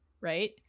right